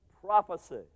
prophecy